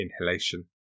inhalation